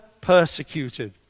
persecuted